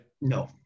no